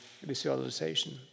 visualization